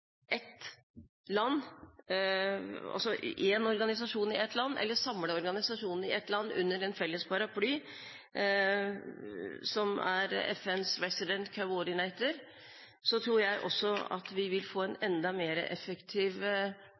i et land under én felles paraply som er FNs Resident Coordinator, tror jeg at vi vil få en enda mer effektiv